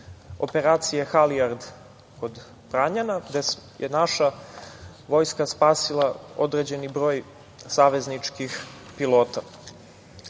operacije „Halijard“ kod Pranjana, gde je naša Vojska spasila određeni broj savezničkih